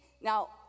now